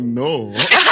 no